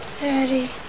Daddy